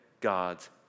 God's